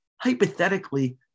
hypothetically